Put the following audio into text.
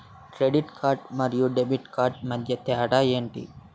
Credit card మరియు debit card మధ్య తేడా ఎంటి?